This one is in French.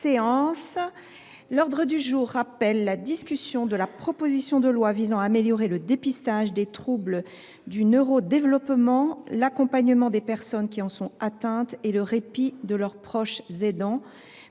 demande du groupe Union Centriste, de la proposition de loi visant à améliorer le dépistage des troubles du neurodéveloppement, l’accompagnement des personnes qui en sont atteintes et le répit de leurs proches aidants,